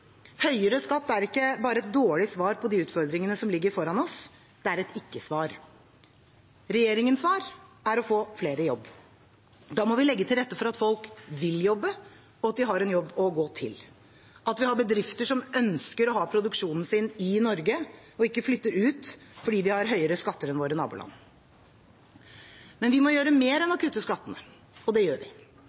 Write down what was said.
Høyere skatt er ikke bare et dårlig svar på de utfordringene som ligger foran oss. Det er et ikke-svar. Regjeringens svar er å få flere i jobb. Da må vi legge til rette for at folk vil jobbe, at de har en jobb å gå til, og at vi har bedrifter som ønsker å ha produksjonen sin i Norge – ikke flytter den ut fordi vi har høyere skatter enn våre naboland. Men vi må gjøre mer enn å kutte skattene – og det gjør vi.